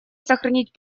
сохранить